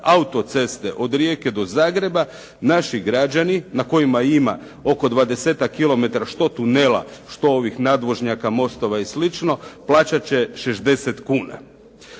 autoceste od Rijeke do Zagreba naši građani na kojima ima oko 20-ak kilometara što tunela, što ovih nadvožnjaka, mostova i slično, plaćati će 60 kuna.